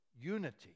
unity